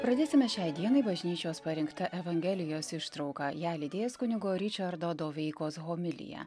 pradėsime šiai dienai bažnyčios parinktą evangelijos ištrauką ją lydės kunigo ričardo doveikos homilija